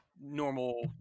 normal